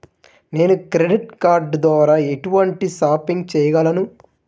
నేను credit card ద్వార ఎటువంటి షాపింగ్ చెయ్యగలను?